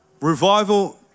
Revival